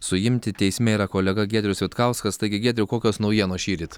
suimti teisme yra kolega giedrius vitkauskas taigi giedriau kokios naujienos šįryt